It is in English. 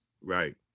right